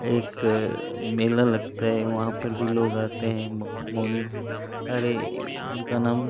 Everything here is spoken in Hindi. एक मेला लगता है वहाँ पर भी लोग आते हैं मौनी अरे उनका नाम